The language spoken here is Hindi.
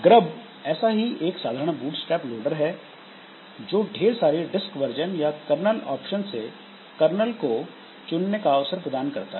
ग्रब ऐसा ही एक साधारण बूटस्ट्रैप लोडर है जो ढेर सारी डिस्क वर्जन या कर्नल ऑप्शन से कर्नल को चुनने का अवसर प्रदान करता है